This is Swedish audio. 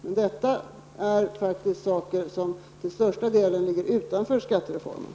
Men detta är faktiskt saker som till största delen ligger utanför skattereformen.